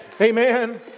Amen